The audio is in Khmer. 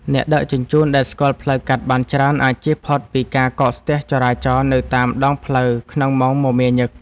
អ្នកដឹកជញ្ជូនដែលស្គាល់ផ្លូវកាត់បានច្រើនអាចជៀសផុតពីការកកស្ទះចរាចរណ៍នៅតាមដងផ្លូវក្នុងម៉ោងមមាញឹក។